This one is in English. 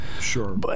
Sure